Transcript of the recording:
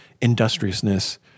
industriousness